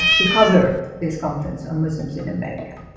to cover this conference on muslims in america.